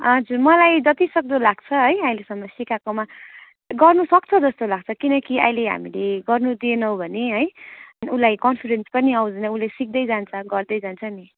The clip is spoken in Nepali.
हजुर मलाई जतिसक्दो लाग्छ है अहिलेसम्म सिकाएकोमा गर्नुसक्छ जस्तो लाग्छ किनकि अहिले हामीले गर्नदिएनौ भने है उसलाई कन्फिडेन्स पनि आउँदैन उसले सिक्दैजान्छ गर्दैजान्छ नि